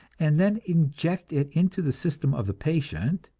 and then inject it into the system of the patient,